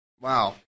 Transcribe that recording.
Wow